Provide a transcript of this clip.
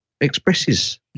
expresses